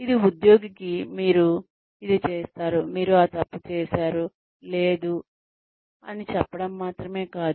ఇది ఉద్యోగికి మీరు ఇది చేసారు మీరు ఆ తప్పు చేసారు లేదు అని చెప్పడం మాత్రమే కాదు